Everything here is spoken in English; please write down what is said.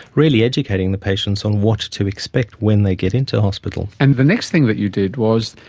really educating the patients on what to expect when they get into hospital. and the next thing that you did was,